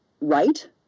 right